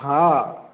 हाँ